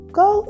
go